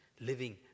living